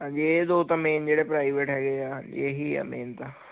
again ਜਿਹੜੇ private ਹੈਗੇ ਆ ਇਹੀ ਆ ਮੇਨ ਤਾਂ ਾਂ ਦੀ